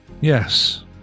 yes